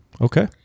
Okay